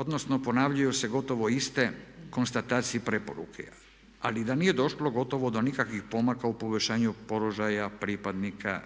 odnosno ponavljaju se gotovo iste konstatacije i preporuke, ali da nije došlo gotovo do nikakvih pomaka u poboljšanju položaja pripadnika